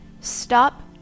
stop